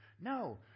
No